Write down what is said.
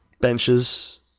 benches